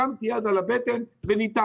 שמתי יד על הבטן וניתחתי.